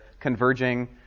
converging